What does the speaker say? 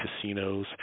casinos